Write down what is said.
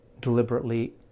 deliberately